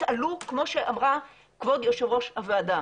תתעלו כמו שאמרה כבוד יו"ר הוועדה.